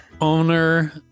owner